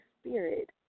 spirit